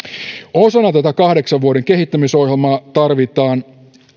osana tätä kahdeksan vuoden kehittämisohjelmaa tarvitaan